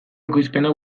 ekoizpena